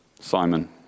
Simon